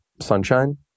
sunshine